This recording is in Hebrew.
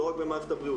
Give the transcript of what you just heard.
לא רק במערכת הבריאות.